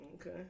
Okay